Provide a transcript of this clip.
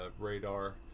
radar